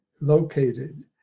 located